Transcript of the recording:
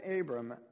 Abram